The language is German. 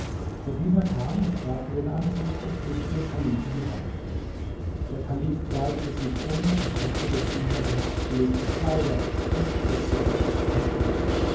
der diener kam und brachte den anzug und küßte dem kalifen die hand der kalif kleidete sich um und schenkte dem diener seine abgelegten kleider und setzte sich auf einen stuhl